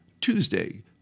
Tuesday